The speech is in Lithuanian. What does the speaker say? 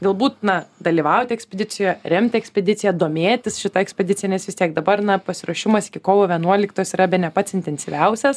galbūt na dalyvauti ekspedicijoje remti ekspediciją domėtis šita ekspedicija nes vis tiek dabar na pasiruošimas iki kovo vienuoliktos yra bene pats intensyviausias